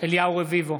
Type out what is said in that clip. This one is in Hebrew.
אליהו רביבו,